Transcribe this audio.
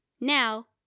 Now